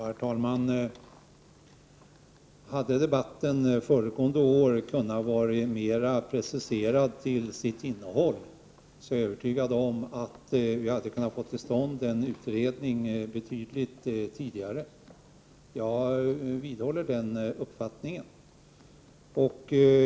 Herr talman! Hade debatten föregående år varit mer preciserad till sitt innehåll, är jag övertygad om att vi hade kunnat få till stånd en utredning betydligt tidigare. Jag vidhåller den uppfattningen.